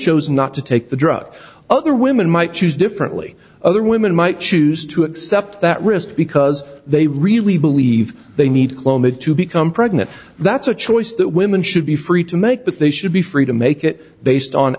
chose not to take the drug other women might choose differently other women might choose to accept that risk because they really believe they need clomid to become pregnant that's a choice that women should be free to make but they should be free to make it based on